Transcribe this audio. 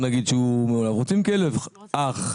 רוצים כלב אח,